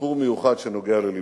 סיפור מיוחד שנוגע ללבי.